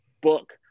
book